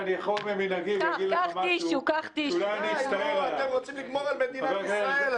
בזה, לגמור על מדינת ישראל?